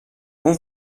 اون